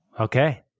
Okay